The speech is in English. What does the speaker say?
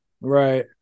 right